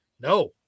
No